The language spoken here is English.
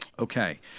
Okay